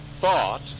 thought